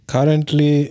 Currently